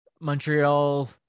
Montreal